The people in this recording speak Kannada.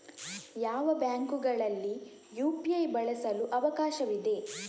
ಯಾವ ಬ್ಯಾಂಕುಗಳಲ್ಲಿ ಯು.ಪಿ.ಐ ಬಳಸಲು ಅವಕಾಶವಿದೆ?